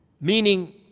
Meaning